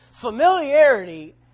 Familiarity